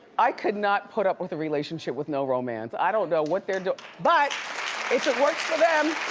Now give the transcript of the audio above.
i could not put up with a relationship with no romance. i don't know what they're doin'. but if it works for them,